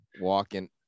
walking